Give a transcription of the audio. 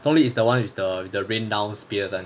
zhong li is the one is the the one with the the rain down spear [one]